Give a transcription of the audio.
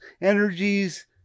energies